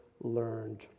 learned